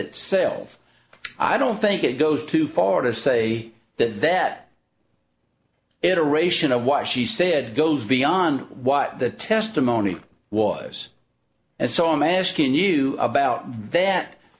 itself i don't think it goes too far to that say that iteration of why she said goes beyond what the testimony was and so i'm asking you about that